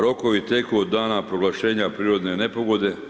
Rokovi teku od dana proglašenja prirodne nepogode.